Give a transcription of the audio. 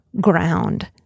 ground